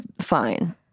fine